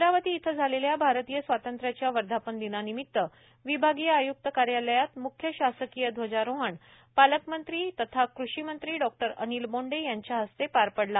अमरावती इथं भारतीय स्वातंत्र्याच्या वर्धापन दिनानिमित विभागीय आय्क्त कार्यालयात मृख्य शासकीय ध्वजारोहण पालकमंत्री तथा कृषी मंत्री डॉक्टर अनिल बोंडे यांच्या हस्ते पार पडला